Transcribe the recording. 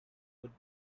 would